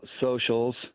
socials